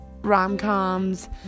rom-coms